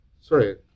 Sorry